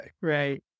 right